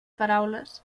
paraules